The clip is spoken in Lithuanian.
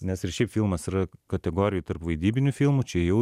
nes ir šiaip filmas yra kategorijoj tarp vaidybinių filmų čia jau